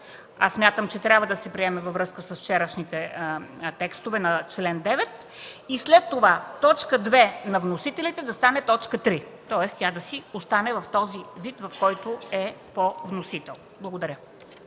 аз смятам, че трябва да се приеме във връзка с вчерашните текстове на чл. 9, и след това т. 2 на вносителите да стане т. 3, тоест тя да си остане в този вид, в който е по вносител. Благодаря.